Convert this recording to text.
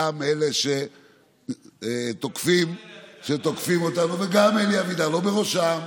גם לאלה שתוקפים אותנו, וגם אלי אבידר, לא בראשם,